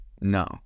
No